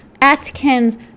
Atkins